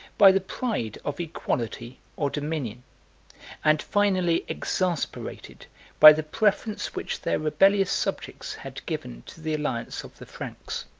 by the pride of equality or dominion and finally exasperated by the preference which their rebellious subjects had given to the alliance of the franks.